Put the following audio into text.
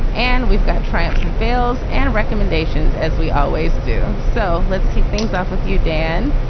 and we've got tramps and fails and recommendations as we always do. so let's kick things off with you dan.